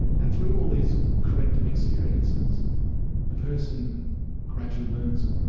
and through all these corrective experiences the person gradually learns,